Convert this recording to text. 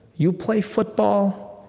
you play football,